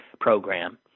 program